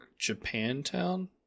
Japantown